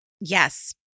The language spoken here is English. yes